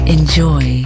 Enjoy